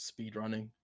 speedrunning